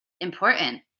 important